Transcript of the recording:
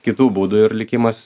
kitų būdų ir likimas